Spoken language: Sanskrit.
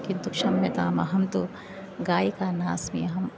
किन्तु क्षम्यताम् अहं तु गायिका नास्मि अहम्